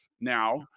Now